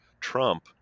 Trump